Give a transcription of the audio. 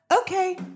Okay